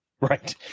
Right